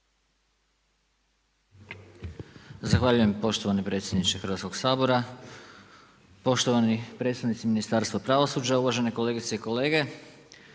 Zahvaljujem poštovani predsjedniče Hrvatskog sabora. Poštovani predstavnici ministarstva pravosuđa, uvažene kolegice i kolege.